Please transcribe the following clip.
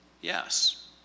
Yes